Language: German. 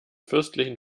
fürstlichen